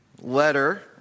letter